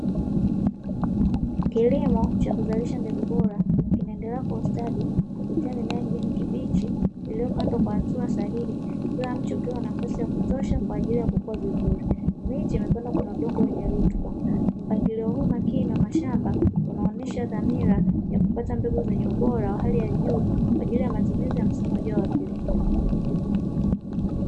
Kilimo cha kuzalisha mbegu bora kinaendelea kwa ustadi kupitia mimea ya kijani kibichi iliyopandwa kwa hatua sahihi, kila mche ukiwa na nafasi ya kutosha kwa ajili ya kukua vizuri. Miche imepandwa kwenye udongo wenye rutuba, mpangilio huu makini wa mashamba unaonesha dhamira ya kupata mbegu zenye ubora wa hali ya juu kwa ajili ya matumizi ya msimu ujao wa kilimo.